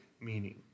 meaning